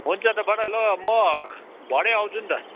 हुन्छ त बडा ल म भरे आउँछु नि त